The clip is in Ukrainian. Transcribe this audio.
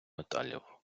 металів